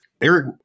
Eric